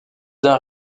d’un